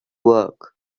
work